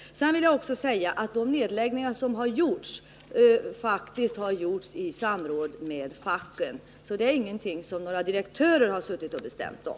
Sedan vill jag tillägga att de nedläggningar som kommit till stånd faktiskt har gjorts i samråd med facken. Det är alltså ingenting som några direktörer har suttit och bestämt om.